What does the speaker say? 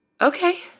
Okay